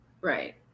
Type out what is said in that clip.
Right